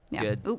Good